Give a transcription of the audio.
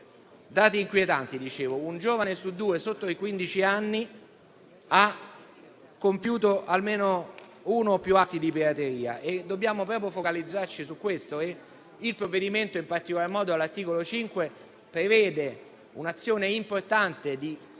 dati inquietanti: un giovane su due sotto i quindici anni ha compiuto almeno uno o più atti di pirateria e dobbiamo focalizzarci su questo. Il provvedimento, in particolar modo all'articolo 5, prevede un'azione importante di